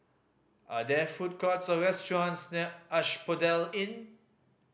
are there food courts or restaurants near Asphodel Inn